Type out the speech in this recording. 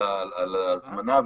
על ההזמנה,